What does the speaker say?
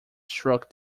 struck